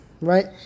right